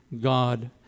God